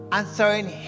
answering